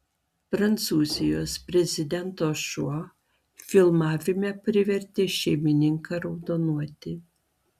prancūzijos prezidento šuo filmavime privertė šeimininką raudonuoti